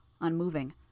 unmoving